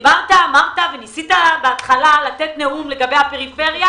ניסית בהתחלה לתת נאום לגבי הפריפריה.